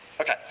Okay